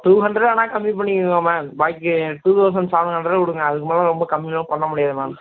two hundred வேணா கம்மி பண்ணிக்குங்க மேம் பாக்கி டூ தௌசண்ட் செவன் ஹண்ட்ரட் கொடுங்க அதுக்கு மேலே ரொம்ப கம்மிலாம் பண்ண முடியாது மேம்